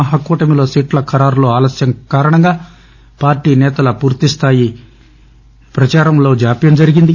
మహాకూటమిలో సీట్ల ఖరారు ఆలస్యం కారణంగా పార్లీ నేతల పూర్తిస్లాయి పచారంలో జాప్యం జరిగింది